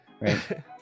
Right